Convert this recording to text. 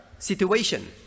situation